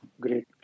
great